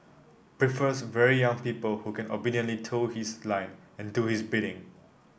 prefers very young people who can obediently toe his line and do his bidding